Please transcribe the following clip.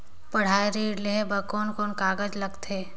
पढ़ाई ऋण लेहे बार कोन कोन कागज लगथे?